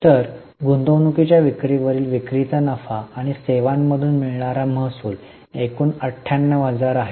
तर गुंतवणूकीच्या विक्री वरील विक्रीचा नफा आणि सेवां मधून मिळणारा महसूल एकूण 98000 आहे